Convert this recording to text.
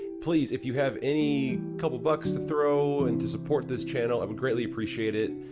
please, if you have any couple bucks to throw and to support this channel, i would greatly appreciate it.